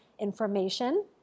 information